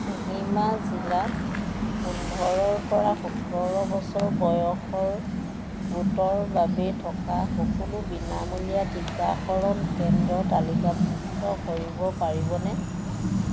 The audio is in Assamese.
কোহিমা জিলাত পোন্ধৰৰপৰা সোতৰ বছৰ বয়সৰ গোটৰ বাবে থকা সকলো বিনামূলীয়া টিকাকৰণ কেন্দ্ৰ তালিকাভুক্ত কৰিব পাৰিবনে